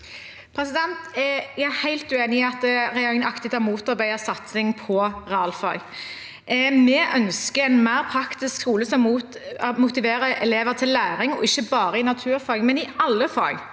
Jeg er helt uenig i at regjeringen aktivt har motarbeidet satsing på realfag. Vi ønsker en mer praktisk skole som motiverer elever til læring, ikke bare i naturfag, men i alle fag.